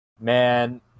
man